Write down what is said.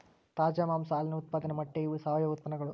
ತಾಜಾ ಮಾಂಸಾ ಹಾಲಿನ ಉತ್ಪಾದನೆ ಮೊಟ್ಟೆ ಇವ ಸಾವಯುವ ಉತ್ಪನ್ನಗಳು